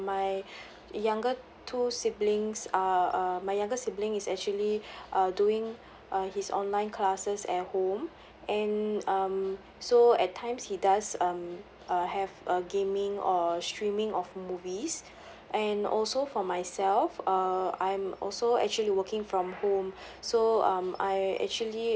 my younger two siblings are uh my younger sibling is actually err doing err his online classes at home and um so at times he does um have a gaming or streaming of movies and also for myself uh I'm also actually working from my home so um I actually